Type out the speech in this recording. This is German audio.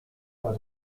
war